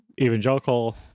evangelical